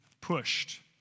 pushed